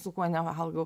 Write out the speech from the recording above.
su kuo nevalgau